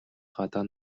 гадаа